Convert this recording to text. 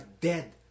dead